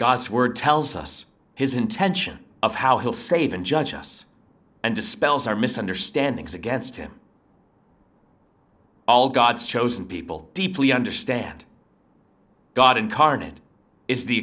god's word tells us his intention of how he'll save and judge us and dispels our misunderstandings against him all god's chosen people deeply understand god incarnate is the